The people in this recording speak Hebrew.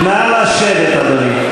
נא לשבת, אדוני.